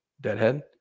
deadhead